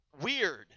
weird